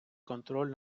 контроль